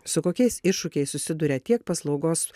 su kokiais iššūkiais susiduria tiek paslaugos